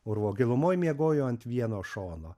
urvo gilumoj miegojo ant vieno šono